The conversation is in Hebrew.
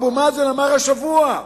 אבו מאזן אמר השבוע: